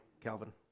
Calvin